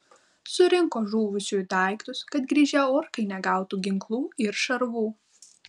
surinko žuvusiųjų daiktus kad grįžę orkai negautų ginklų ir šarvų